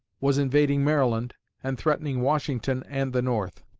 was invading maryland and threatening washington and the north.